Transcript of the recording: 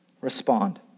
respond